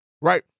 right